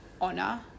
honor